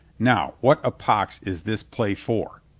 now, what a pox is this play for?